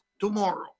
tomorrow